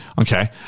Okay